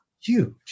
huge